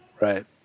Right